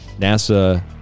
NASA